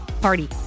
party